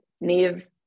Native